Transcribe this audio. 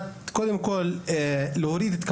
בנגב,